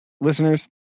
listeners